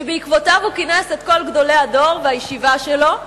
שבעקבותיה הוא כינס את כל גדולי הדור והישיבה שלו ואמר: